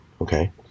Okay